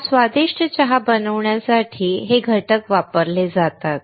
हा स्वादिष्ट चहा बनवण्यासाठी हे घटक वापरले जातात